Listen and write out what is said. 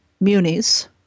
munis